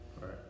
right